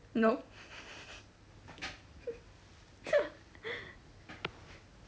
no